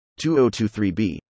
2023b